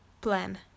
plan